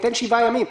או תן שבעה ימים.